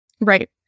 right